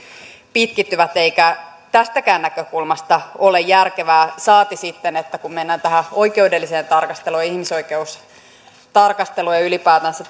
pitkittyvät eikä se tästäkään näkökulmasta ole järkevää saati sitten kun mennään oikeudelliseen tarkasteluun ja ihmisoikeustarkasteluun ja ylipäätänsä